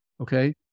Okay